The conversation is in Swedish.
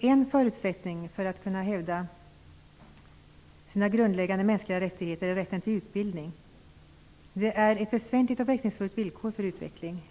En förutsättning för att man skall kunna hävda sina grundläggande mänskliga rättigheter är rätten till utbildning. Det är ett väsentligt och verkningsfullt villkor för utveckling.